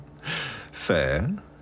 Fair